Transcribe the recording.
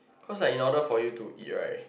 cause like in order for you to eat right